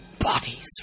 Bodies